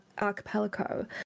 archipelago